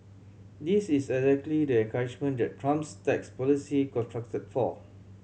this is exactly the encouragement that Trump's tax policy constructed for